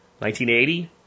1980